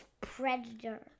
predator